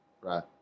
Right